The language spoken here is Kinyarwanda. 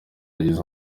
yagize